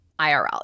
IRL